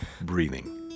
breathing